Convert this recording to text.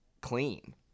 clean